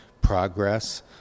progress